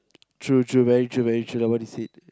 true true very true very true that I want to said